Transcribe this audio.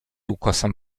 ukosem